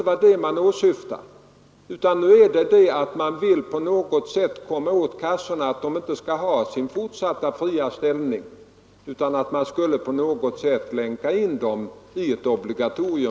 Vill man komma åt kassorna och ta ifrån dem deras fria ställning genom att på något sätt länka in dem i ett obligatorium?